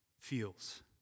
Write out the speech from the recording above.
feels